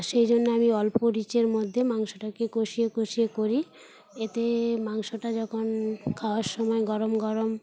সেই জন্যে আমি অল্প রিচের মধ্যে মাংসটাকে কষিয়ে কষিয়ে করি এতে মাংসটা যখন খাওয়ার সময় গরম গরম